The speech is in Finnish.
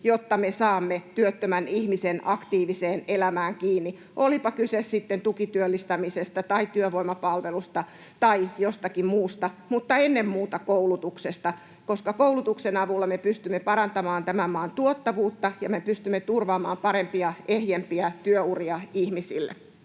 jotta me saamme työttömän ihmisen aktiiviseen elämään kiinni, olipa kyse sitten tukityöllistämisestä tai työvoimapalvelusta tai jostakin muusta mutta ennen muuta koulutuksesta, koska koulutuksen avulla me pystymme parantamaan tämän maan tuottavuutta ja me pystymme turvaamaan parempia, ehjempiä työuria ihmisille.